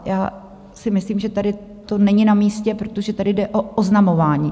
Já si myslím, že tady to není namístě, protože tady jde o oznamování.